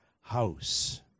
house